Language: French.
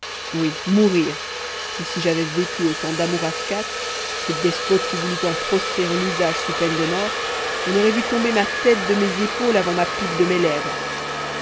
oui mourir et si j'avais vécu au temps d'amurat iv ce despote qui voulut en proscrire l'usage sous peine de mort on aurait vu tomber ma tête de mes épaules avant ma pipe de mes lèvres